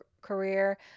career